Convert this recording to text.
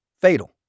Fatal